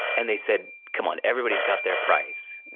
and, they said, come on, everybody's got their price.